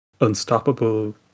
unstoppable